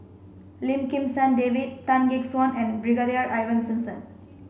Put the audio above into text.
Lim Kim San David Tan Gek Suan and Brigadier Ivan Simson